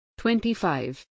25